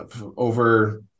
over